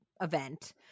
event